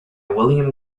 william